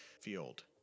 field